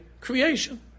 creation